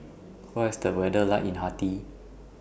What IS The weather like in Haiti